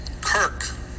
Kirk